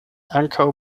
ankaŭ